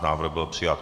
Návrh byl přijat.